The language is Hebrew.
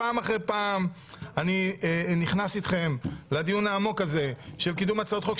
פעם אחרי פעם אני נכנס אתכם לדיון העמוק הזה של קידום הצעות חוק,